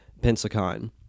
Pensacon